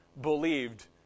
believed